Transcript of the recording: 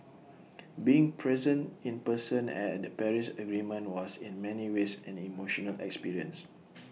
being present in person at the Paris agreement was in many ways an emotional experience